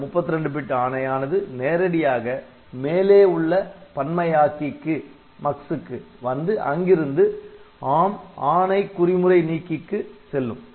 அந்த 32 பிட் ஆணையானது நேரடியாக மேலே உள்ள பன்மையாக்கிக்கு வந்து அங்கிருந்து ARM ஆணை குறிமுறை நீக்கிக்கு செல்லும்